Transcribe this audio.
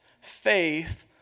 faith